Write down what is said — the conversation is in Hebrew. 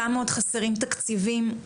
כמה עוד חסרים תקציבים,